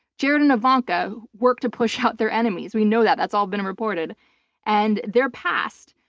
jared and ivanka work to push out their enemies. we know that. that's all been reported and their past,